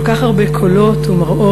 כל כך הרבה קולות ומראות,